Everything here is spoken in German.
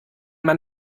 man